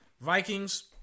Vikings